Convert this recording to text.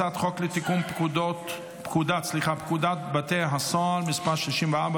הצעת חוק לתיקון פקודת בתי הסוהר (מס' 64,